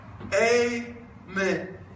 Amen